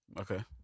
Okay